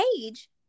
age